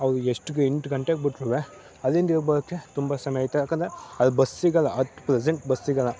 ಅವರು ಎಷ್ಟು ಎಂಟು ಗಂಟೆಗೆ ಬಿಟ್ರುವೇ ಅಲ್ಲಿಂದ ಇಲ್ಲಿಗೆ ಬರೋಕ್ಕೆ ತುಂಬ ಸಮಯ ಐತೆ ಯಾಕಂದರೆ ಅಲ್ಲಿ ಬಸ್ ಸಿಗೋಲ್ಲ ಅಟ್ ಪ್ರೆಸೆಂಟ್ ಬಸ್ ಸಿಗೋಲ್ಲ